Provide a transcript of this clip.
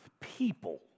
people